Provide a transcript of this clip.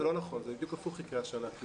בדיוק הפוך יקרה השנה.